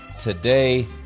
Today